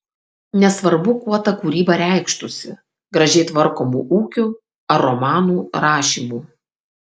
nesvarbu kuo ta kūryba reikštųsi gražiai tvarkomu ūkiu ar romanų rašymu